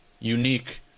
unique